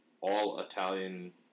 all-Italian